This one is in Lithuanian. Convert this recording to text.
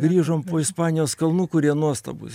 grįžom po ispanijos kalnų kurie nuostabūs